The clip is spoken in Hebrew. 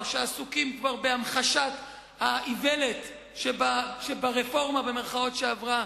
שעסוקים כבר בהמחשת האיוולת שב"רפורמה" שעברה,